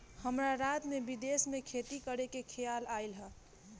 हमरा रात में विदेश में खेती करे के खेआल आइल ह